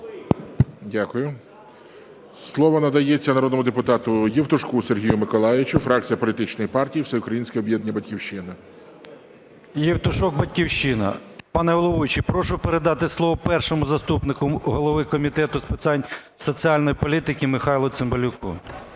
Дякую. Слово надається народному депутату Євтушку Сергію Миколайовичу, фракція політичної партії "Всеукраїнське об'єднання "Батьківщина". 10:34:21 ЄВТУШОК С.М. Євтушок, "Батьківщина". Пане головуючий, прошу передати слово першому заступнику голови Комітету з питань соціальної політики Михайлу Цимбалюку.